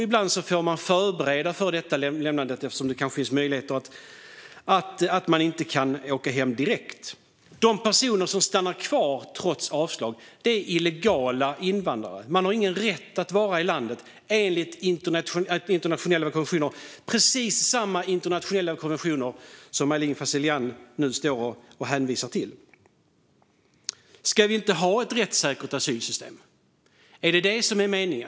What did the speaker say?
Ibland får detta förberedas, eftersom det kan vara så att personen inte kan åka hem direkt. De personer som stannar kvar trots avslag är illegala invandrare. De har då ingen rätt att vara i landet, enligt internationella konventioner. Detta är precis samma internationella konventioner som Aylin Fazelian nyss hänvisade till. Ska vi inte ha ett rättssäkert asylsystem? Är det detta som är meningen?